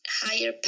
higher